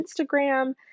Instagram